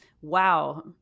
wow